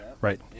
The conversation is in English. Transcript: right